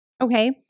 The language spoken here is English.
Okay